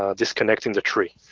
ah disconnect in the tree.